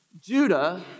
Judah